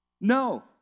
No